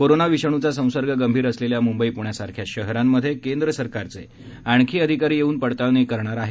corona विषाणूचा संसर्ग गंभीर असलेल्या मुंबई पूण्यासारख्या शहरांमध्ये केंद्र सरकारचे आणखी अधिकारी येऊन पडताळणी करणार आहे